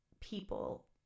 people